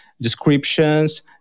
descriptions